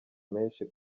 menshi